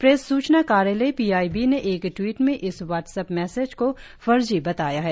press सुचना कार्यालय P I B ने एक ट्वीट में इस वाट्सअप मैसज को फर्जी बताया है